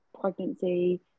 pregnancy